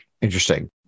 Interesting